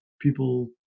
people